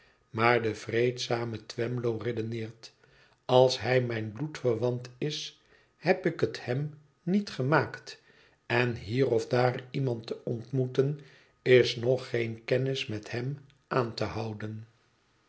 maar de vreedzame twemlow redeneert als hij mijn bloedverwant is heb ik het hem niet gemaakt en hier of daar iemand te ontmoeten is nog geen kennis met hem aan te houden